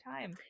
time